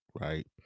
right